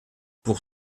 pour